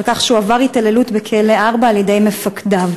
על כך שהוא עבר התעללות בכלא 4 על-ידי מפקדיו.